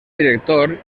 director